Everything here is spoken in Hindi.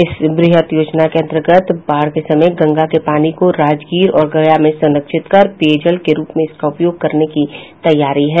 इस व्रहद योजना के अंतर्गत बाढ़ की अवधि में गंगा के पानी को राजगीर और गया में संरक्षित कर पेयजल के रूप में इसका उपयोग करने की तैयारी है